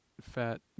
fat